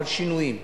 אבל שינויים.